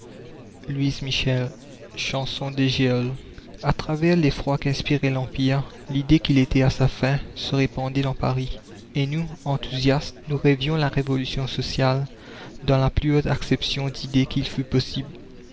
travers l'effroi qu'inspirait l'empire l'idée qu'il était à sa fin se répandait dans paris et nous enthousiastes nous rêvions la révolution sociale dans la plus haute acception d'idées qu'il fût possible